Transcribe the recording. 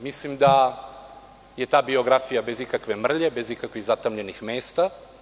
Mislim da je ta biografija bez ikakve mrlje, bez ikakvih zatamnjenih mesta.